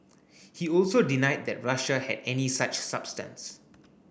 he also denied that Russia had any such substance